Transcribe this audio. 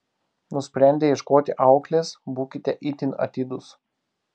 nusprendę ieškoti auklės būkite itin atidūs